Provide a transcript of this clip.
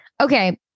Okay